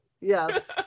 yes